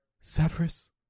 Severus